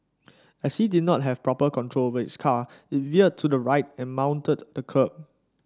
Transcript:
as he did not have proper control of his car it veered to the right and mounted the kerb